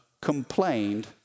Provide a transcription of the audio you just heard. complained